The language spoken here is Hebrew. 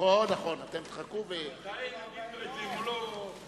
מתי נגיד לו את זה?